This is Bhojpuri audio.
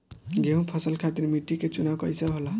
गेंहू फसल खातिर मिट्टी के चुनाव कईसे होला?